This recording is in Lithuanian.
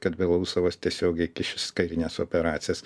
kad belovusovas tiesiogiai kištis į karines operacijas